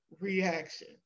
reaction